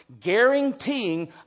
guaranteeing